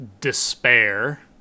Despair